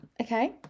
Okay